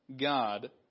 God